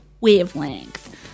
wavelength